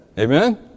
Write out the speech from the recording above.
Amen